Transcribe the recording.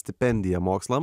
stipendija mokslam